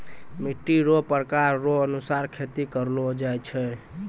मिट्टी रो प्रकार रो अनुसार खेती करलो जाय छै